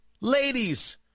ladies